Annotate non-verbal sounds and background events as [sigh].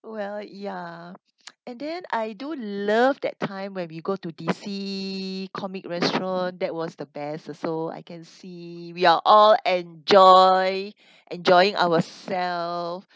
well ya [noise] and then I do love that time when we go to D_C comic restaurant that was the best also I can see we are all enjoy enjoying ourselves